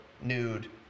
nude